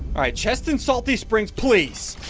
right chest and salty springs, please